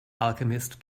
alchemist